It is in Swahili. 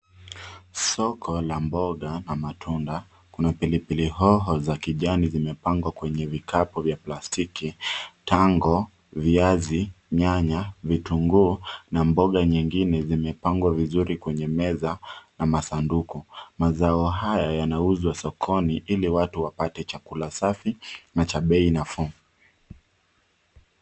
Soko la mboga na matunda, kuna pilipili hoho za kijani zimepangwa kwenye vikapu vya plastiki, tango, viazi, nyanya, vitunguu na mboga nyingine zimepangwa vizuri kwenye meza na masanduku. Mazao haya yanauzwa sokoni ili watu wapate chakula safi na cha bei nafuu.